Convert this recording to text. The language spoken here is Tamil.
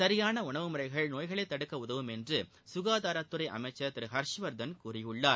சரியான உணவு முறைகள் நோய்களைத் தடுக்க உதவும் என்று சுகாதாரத்துறை அமைச்சர் திரு ஹர்ஷ்வர்தன் கூறியுள்ளார்